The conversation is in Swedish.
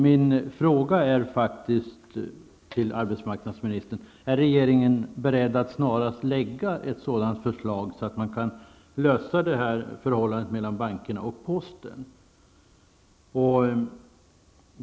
Min fråga till arbetsmarknadsministern är: Är regeringen beredd att snarast lägga fram ett sådant förslag att man kan lösa problemet med förhållandet mellan bankerna och posten?